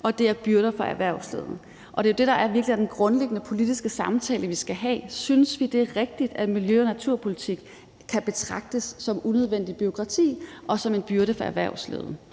at det er byrder for erhvervslivet, og det er jo det, der i virkeligheden er den grundlæggende politiske samtale, vi skal have, altså om vi synes, det er rigtigt, at miljø- og naturpolitikken kan betragtes som unødvendigt bureaukrati og som en byrde for erhvervslivet.